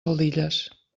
faldilles